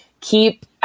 keep